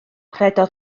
rhedodd